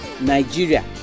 nigeria